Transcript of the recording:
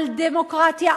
על דמוקרטיה,